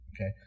Okay